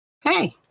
Hey